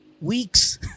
weeks